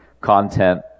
content